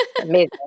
Amazing